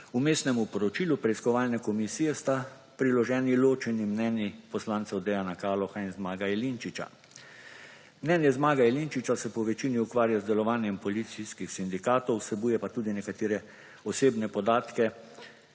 Vmesnemu poročilu preiskovalne komisije sta priloženi ločeni mnenji poslancev Dejana Kaloha in Zmaga Jelinčiča. Mnenje Zmaga Jelinčiča se po večini ukvarja z delovanjem policijskih sindikatov, vsebuje pa tudi nekatere osebne podatke